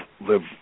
live